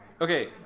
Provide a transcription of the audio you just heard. Okay